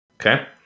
Okay